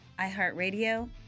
iHeartRadio